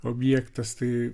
objektas tai